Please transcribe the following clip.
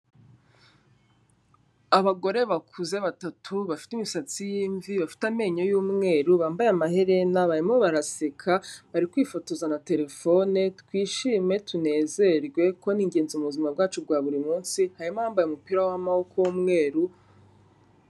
Abagore bakuze batatu bafite imisatsi y'imvi, bafite amenyo y'umweru, bambaye amaherena, barimo baraseka bari kwifotoza na telefone, twishime tunezerwe kuko ni ingenzi mu buzima bwacu bwa buri munsi, harimo abambaye umupira w'amaboko w'umweru...